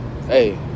Hey